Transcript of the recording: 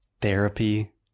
therapy